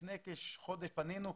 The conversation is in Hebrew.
לפני כחודש פנינו,